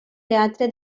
teatre